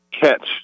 catch